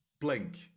Blink